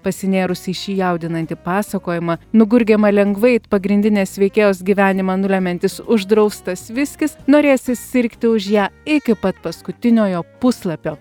pasinėrus į šį jaudinantį pasakojimą nugurgiamą lengvai it pagrindinės veikėjos gyvenimą nulemiantis uždraustas viskis norėsis sirgti už ją iki pat paskutiniojo puslapio